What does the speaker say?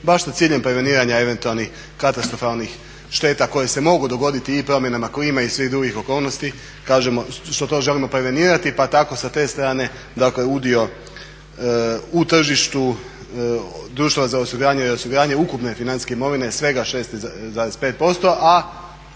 baš sa ciljem preveniranja eventualnih katastrofalnih šteta koje se mogu dogoditi i promjenama klime i svih drugih okolnosti. Kažemo što to želimo prevenirati pa tako sa te strane udio u tržištu društva za osiguranje i reosiguranje ukupne financijske imovine svega 6,5% a